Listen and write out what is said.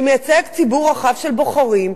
שמייצג ציבור רחב של בוחרים,